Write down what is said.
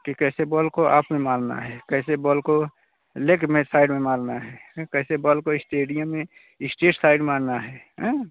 कि कैसे बॉल को आपको मारना है कैसे बॉल को लेग में साइड में मारना है कैसे बॉल को स्टेडियम में स्ट्रेट साइड मारना है हैंए